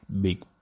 big